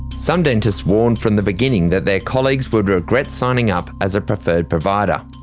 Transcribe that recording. some dentists warned from the beginning that their colleagues would regret signing up as a preferred provider.